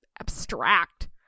abstract